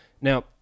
Now